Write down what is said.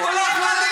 סבלני